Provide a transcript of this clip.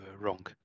wrong